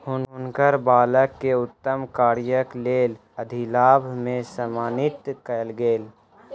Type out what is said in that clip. हुनकर बालक के उत्तम कार्यक लेल अधिलाभ से सम्मानित कयल गेल